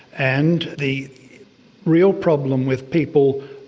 and the real problem with people,